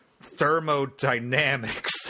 thermodynamics